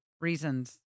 reasons